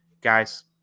guys